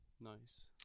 Nice